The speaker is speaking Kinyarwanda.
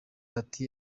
ati